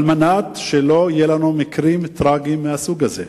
על מנת שלא יהיו לנו מקרים טרגיים מהסוג הזה.